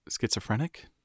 Schizophrenic